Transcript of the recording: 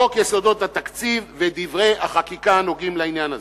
חוק יסודות התקציב ודברי החקיקה הנוגעים לעניין הזה.